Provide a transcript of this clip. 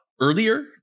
earlier